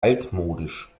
altmodisch